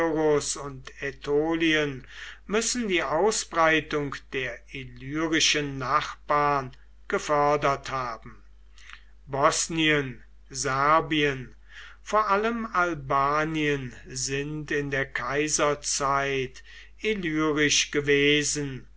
und ätolien müssen die ausbreitung der illyrischen nachbarn gefördert haben bosnien serbien vor allem albanien sind in der kaiserzeit illyrisch gewesen